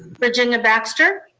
virginia baxter.